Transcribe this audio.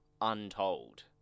untold